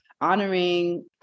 honoring